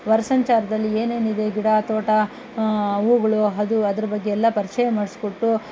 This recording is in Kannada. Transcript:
ಹೊರ ಸಂಚಾರದಲ್ಲಿ ಏನೇನು ಇದೆ ಗಿಡ ತೋಟ ಹೂಗಳು ಅದು ಅದ್ರ ಬಗ್ಗೆ ಎಲ್ಲ ಪರಿಚಯ ಮಾಡಿಸ್ಕೊಟ್ಟು